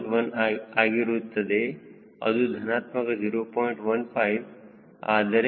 1 ಆಗಿರುತ್ತದೆ ಅದು ಧನಾತ್ಮಕ 0